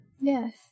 yes